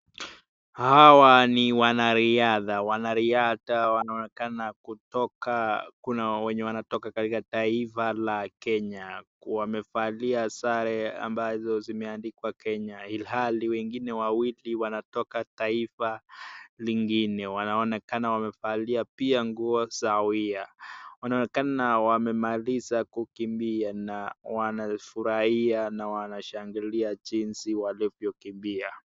Hawa ni wanariadha wanariadha wanaonekana kutoka kuna wenye wanatoka katika taifa la kenya. Wamevalia sare ambazo zimeandikwa kenya ilhali wengine wawili wanatoka taifa lingine wanaonekana pia wamevalia nguo sawia. Wanaonekana wamemaliza kukimbia na wanafurahia na wanashangilia jinsi walivyokimbia.